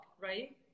right